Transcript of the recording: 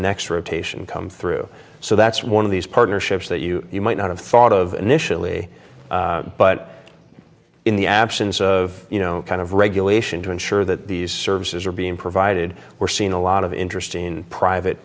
next rotation come through so that's one of these partnerships that you might not have thought of initially but in the absence of you know kind of regulation to ensure that these services are being provided we're seeing a lot of interest in private